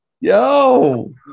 Yo